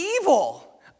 evil